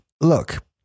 Look